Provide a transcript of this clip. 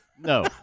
No